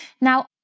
Now